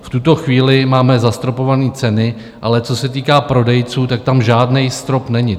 V tuto chvíli máme zastropované ceny, ale co se týká prodejců, tam žádný strop není.